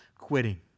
quitting